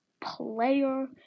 player